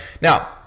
now